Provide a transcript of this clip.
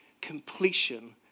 completion